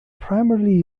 primarily